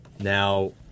Now